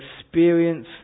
experience